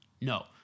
No